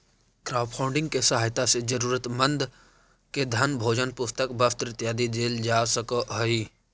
crowdfunding के सहायता से जरूरतमंद के धन भोजन पुस्तक वस्त्र इत्यादि देल जा सकऽ हई